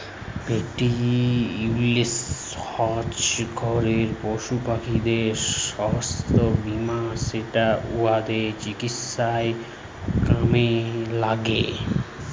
পেট insurance হচ্যে ঘরের পশুপাখিদের সাস্থ বীমা যেটা ওদের চিকিৎসায় কামে ল্যাগে